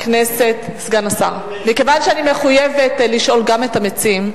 סגן השר, מכיוון שאני מחויבת לשאול גם את המציעים,